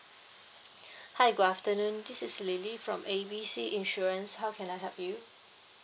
hi good afternoon this is lily from A B C insurance how can I help you